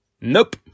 nope